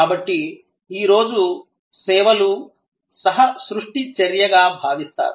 కాబట్టి ఈ రోజు సేవలు సహ సృష్టి చర్యగా భావిస్తారు